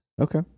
Okay